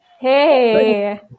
Hey